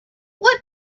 what